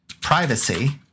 privacy